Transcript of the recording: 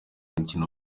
mukino